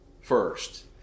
first